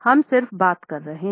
हम सिर्फ बात कर रहे हैं